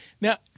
now